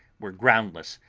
were groundless,